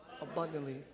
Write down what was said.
abundantly